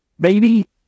Baby